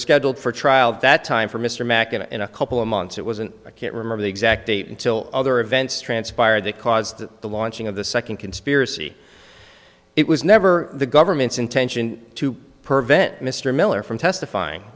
scheduled for trial that time for mr mack in a couple of months it was an i can't remember the exact date until other events transpired that caused the launching of the second conspiracy it was never the government's intention to prevent mr miller from testifying